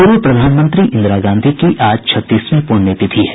पूर्व प्रधानमंत्री इंदिरा गांधी की आज छत्तीसवीं पुण्यतिथि है